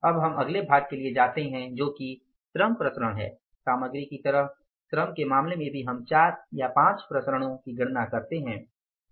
अब हम अगले भाग के लिए जाते हैं जो कि श्रम विचरण है सामग्री की तरह श्रम के मामले में भी हम चार या पाँच विचरणों की गणना करते हैं